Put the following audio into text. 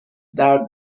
درد